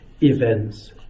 events